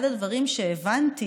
אחד הדברים שהבנתי